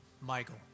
Michael